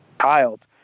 child